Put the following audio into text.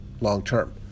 long-term